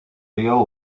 río